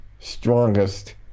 strongest